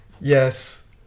Yes